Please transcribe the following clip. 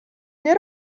nie